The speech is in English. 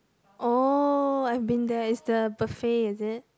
oh I've been there it's the buffet is it